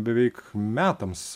beveik metams